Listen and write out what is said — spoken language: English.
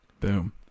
Boom